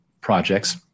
projects